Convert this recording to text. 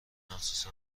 مخصوصا